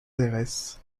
aires